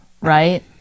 right